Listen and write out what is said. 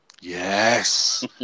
Yes